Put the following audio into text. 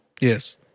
Yes